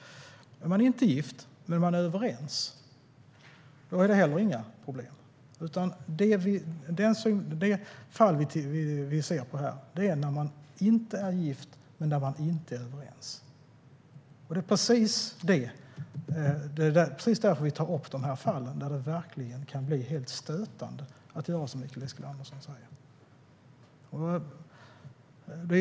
Är man inte gift men är överens är det heller inga problem. Men det fall vi ser på här är när man inte är gift och inte är överens. Det är precis därför vi tar upp de fall där det verkligen kan bli helt stötande att göra som Mikael Eskilandersson säger.